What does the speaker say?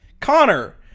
connor